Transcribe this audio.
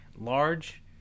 large